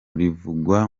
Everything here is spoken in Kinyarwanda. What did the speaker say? rivugwa